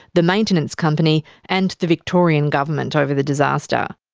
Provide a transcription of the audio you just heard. the maintenance company, and the victorian government over the disaster.